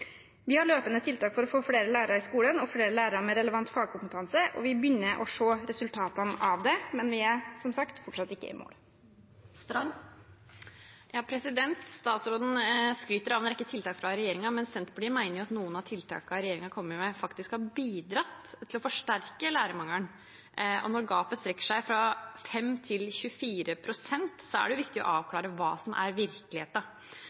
Vi har løpende tiltak for å få flere lærere i skolen og flere lærere med relevant fagkompetanse, og vi begynner å se resultatene av det, men vi er som sagt fortsatt ikke i mål. Statsråden skryter av en rekke tiltak fra regjeringen, men Senterpartiet mener at noen av tiltakene regjeringen har kommet med, faktisk har bidratt til å forsterke lærermangelen. Når gapet strekker seg fra 5 til 24 pst., er det viktig å